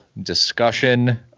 discussion